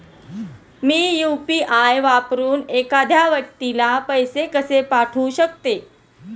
मी UPI वापरून एखाद्या व्यक्तीला पैसे कसे पाठवू शकते?